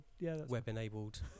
web-enabled